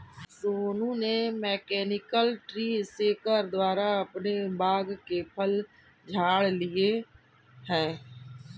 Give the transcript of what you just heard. सोनू ने mechanical tree shaker द्वारा अपने बाग के फल झाड़ लिए है